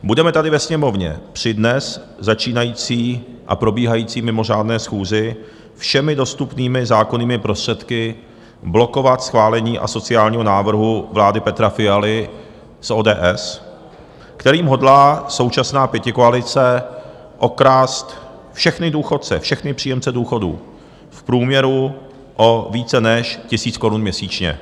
Budeme tady ve Sněmovně při dnes začínající a probíhající mimořádné schůzi všemi dostupnými zákonnými prostředky blokovat schválení asociálního návrhu vlády Petra Fialy z ODS, kterým hodlá současná pětikoalice okrást všechny důchodce, všechny příjemce důchodů, v průměru o více než 1 000 korun měsíčně.